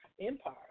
Empire